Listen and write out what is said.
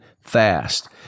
fast